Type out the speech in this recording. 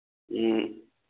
ꯎꯝ